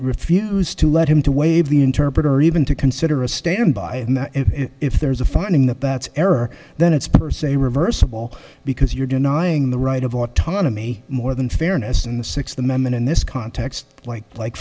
refuse to let him to waive the interpreter or even to consider a standby if there's a finding that that's error then it's per se reversible because you're denying the right of autonomy more than fairness in the sixth amendment in this context like like